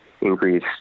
increase